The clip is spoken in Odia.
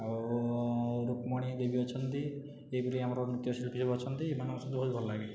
ଆଉ ରୁକ୍ମଣୀ ଦେବୀ ଅଛନ୍ତି ଏହିପରି ଆମର ନୃତ୍ୟ ଶିଳ୍ପୀ ସବୁ ଅଛନ୍ତି ଏମାନଙ୍କୁ ସବୁ ବହୁତ ଭଲ ଲାଗେ